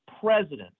president